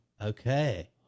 Okay